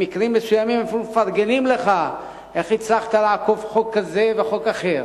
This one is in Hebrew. במקרים מסוימים אפילו מפרגנים לך איך הצלחת לעקוף חוק כזה וחוק אחר.